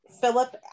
Philip